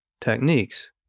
techniques